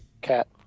Cat